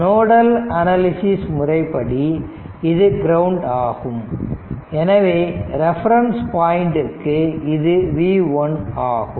nodal analysis முறைப்படி இது ground ஆகும் எனவே ரெஃபரன்ஸ் பாயிண்ட்க்கு இது v 1 ஆகும்